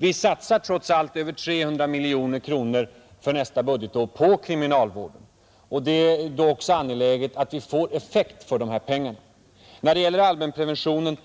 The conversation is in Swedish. Vi satsar trots allt över 300 miljoner kronor för nästa budgetår på kriminalvården. Det är då också angeläget att vi får effekt för de pengarna. När det gäller allmänpreventionen